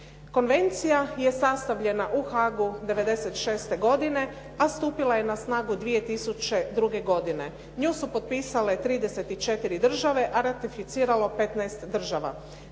Konvencija je sastavljena u Haagu 1996. godine, a stupila je na snagu 2002. godine. Nju su potpisale 34 države, a ratificiralo 15 država.